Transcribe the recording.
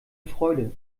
freude